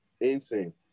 Insane